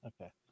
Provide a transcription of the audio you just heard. Okay